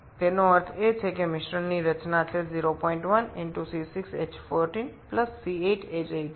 এর অর্থ মিশ্রণ উপাদান হল 01 C6H14 C8H18 এটা হল মিশ্রণের উপাদান